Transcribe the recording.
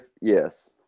yes